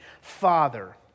Father